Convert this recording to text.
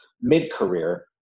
mid-career